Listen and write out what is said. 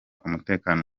umutekano